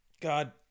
God